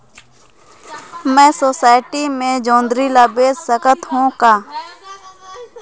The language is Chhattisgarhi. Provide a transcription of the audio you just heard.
मैं सोसायटी मे जोंदरी ला बेच सकत हो का?